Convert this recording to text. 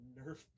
nerf